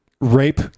rape